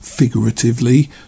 figuratively